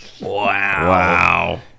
Wow